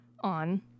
on